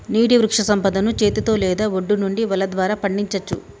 నీటి వృక్షసంపదను చేతితో లేదా ఒడ్డు నుండి వల ద్వారా పండించచ్చు